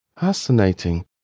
Fascinating